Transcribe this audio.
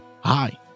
Hi